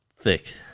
Thick